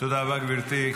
תודה רבה, גברתי.